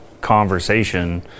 conversation